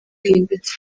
bwimbitse